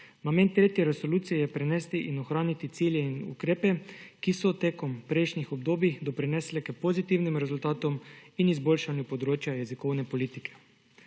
namen tretje resolucije je prenesti in ohraniti cilje in ukrepe, ki so tekom prejšnjih obdobij doprinesle k pozitivnim rezultatom in izboljšanju področja jezikovne politike.